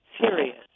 serious